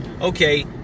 okay